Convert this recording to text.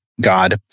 God